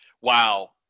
wow